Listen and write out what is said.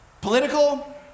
Political